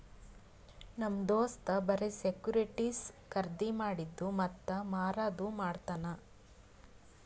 ನಮ್ ದೋಸ್ತ್ ಬರೆ ಸೆಕ್ಯೂರಿಟಿಸ್ ಖರ್ದಿ ಮಾಡಿದ್ದು ಮತ್ತ ಮಾರದು ಮಾಡ್ತಾನ್